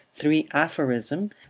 three aphorism,